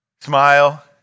Smile